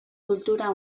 cultura